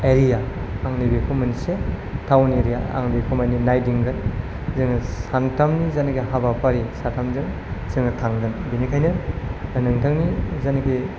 area आंनो बेखौ मोनसे टाउन एरिया आङो बेखौ माने नायदिंगोन जोङो सानथामनि जायनाखि हाबाफारि साथामजों जोङो थांगोन बेनिखायनो नोंथांनि जायनाखि